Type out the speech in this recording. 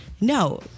no